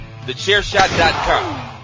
TheChairShot.com